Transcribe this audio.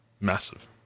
massive